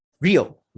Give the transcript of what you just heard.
real